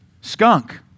Skunk